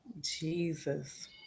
Jesus